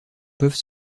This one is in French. peuvent